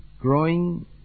growing